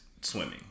swimming